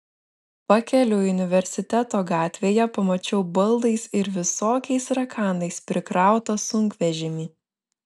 pakeliui universiteto gatvėje pamačiau baldais ir visokiais rakandais prikrautą sunkvežimį